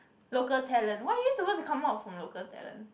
local talent what are you suppose to come up from local talent